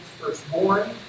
firstborn